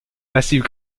massif